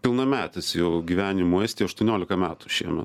pilnametis jau gyvenimo estijoje aštuoniolika metų šiemet